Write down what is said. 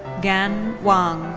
gan wang.